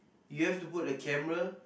you have to put a camera